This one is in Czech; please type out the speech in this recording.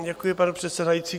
Děkuji, pane předsedající.